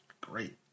great